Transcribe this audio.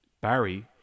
Barry